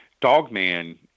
Dogman